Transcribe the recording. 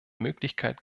möglichkeit